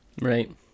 Right